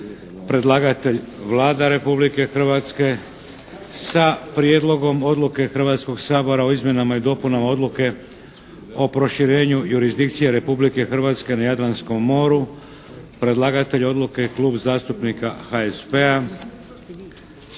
predlagatelj je Vlada Republike Hrvatske, - Prijedlogom odluke Hrvatskoga sabora o izmjenama i dopunama Odluke o proširenju jurisdikcije Republike Hrvatske na Jadranskom moru, predlagatelj odluke je Klub zastupnika HSP-a,